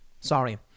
Sorry